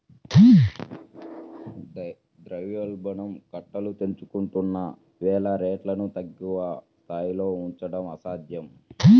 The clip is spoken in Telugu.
ద్రవ్యోల్బణం కట్టలు తెంచుకుంటున్న వేళ రేట్లను తక్కువ స్థాయిలో ఉంచడం అసాధ్యం